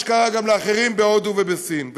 מה שקרה גם לאחרים בהודו ובסין,